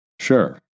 Sure